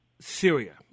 Syria